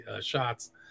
shots